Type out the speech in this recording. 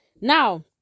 Now